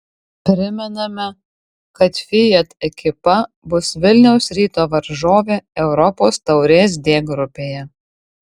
primename kad fiat ekipa bus vilniaus ryto varžovė europos taurės d grupėje